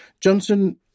Johnson